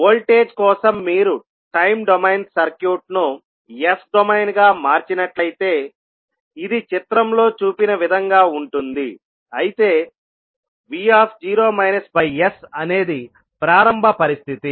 voltage కోసం మీరు time domain సర్క్యూట్ను S డొమైన్గా మార్చినట్లయితే ఇది చిత్రంలో చూపిన విధంగా ఉంటుందిఅయితే vsఅనేది ప్రారంభ పరిస్థితి